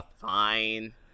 fine